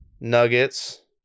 nuggets